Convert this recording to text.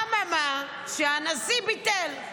אממה, הנשיא ביטל.